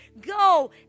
go